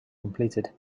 completed